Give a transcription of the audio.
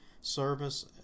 service